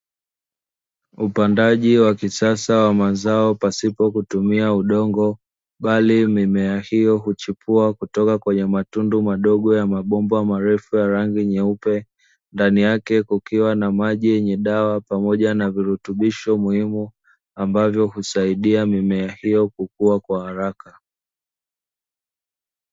Upandaji wa kisasa wa mazao pasipokutumia udongo, bali mimea hiyo huchipua kutoka kwenye matundu madogo ya mabomba marefu ya rangi nyeupe; ndani yake kukiwa na maji yenye dawa pamoja na virutubisho muhimu ambavyo husaidia mimea hiyo kukua kwa haraka.